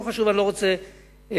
לא חשוב, אני לא רוצה לספר.